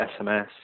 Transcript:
SMS